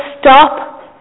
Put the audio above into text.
stop